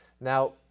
Now